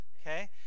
Okay